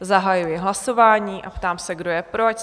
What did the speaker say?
Zahajuji hlasování a ptám se, kdo je pro?